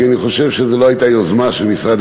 כי אני חושב שזו לא הייתה יוזמה של משרד